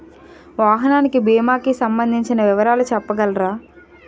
వాహనానికి భీమా కి సంబందించిన వివరాలు చెప్పగలరా?